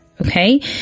Okay